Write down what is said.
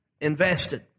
invested